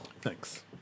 Thanks